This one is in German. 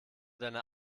deiner